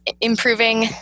improving